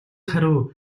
хариу